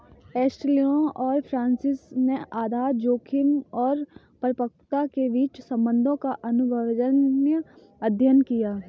एस्टेलिनो और फ्रांसिस ने आधार जोखिम और परिपक्वता के बीच संबंधों का अनुभवजन्य अध्ययन किया